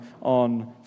on